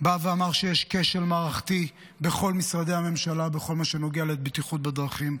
אמר שיש כשל מערכתי בכל משרדי הממשלה בכל מה שנוגע לבטיחות בדרכים,